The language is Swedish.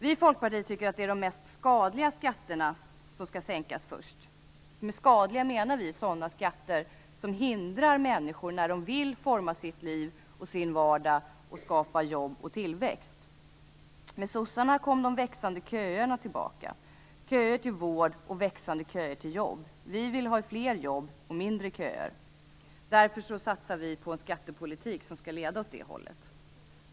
Vi i Folkpartiet tycker att det är de mest skadliga skatterna som skall sänkas först. Med skadliga menar vi sådana skatter som hindrar människor när de vill forma sitt liv och sin vardag samt skapa jobb och tillväxt. Med sossarna kom de växande köerna tillbaka - köer till vård, och växande köer till jobb. Vi vill ha fler jobb och mindre köer. Därför satsar vi på en skattepolitik som skall leda åt det hållet.